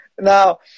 Now